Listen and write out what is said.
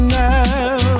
now